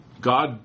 God